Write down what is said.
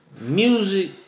music